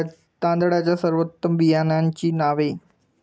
तांदळाच्या सर्वोत्तम बियाण्यांची नावे?